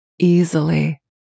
easily